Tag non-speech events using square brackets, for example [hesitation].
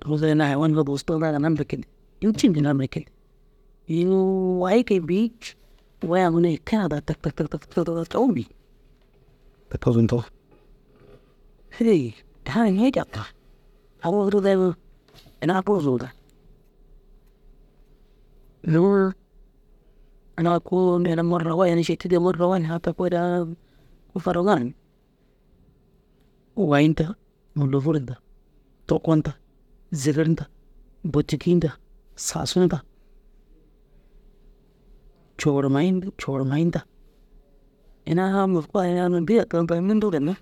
[hesitation] rôza ina ara hayiwa dugusu taganiga mire ginna ru kidde. Ini ciiŋa ginna mire kidde ini wayi ke bes wayi ai eke a daa tak tak tak cawii bîyig. Tabka zundu hêi tira ai ini ajab tira [unintelligible] ina bur zunda nuu ina kôoli ina marra wayid ina šidida mura ina ta kôoli [hesitation] aŋi faroo ŋanimmi wayi nta mûlofur ndaa turku nta zigir daa bôtiki nta sasu nta côhurumayi côhurumayi nta ina [unintelligible] mundu ginna.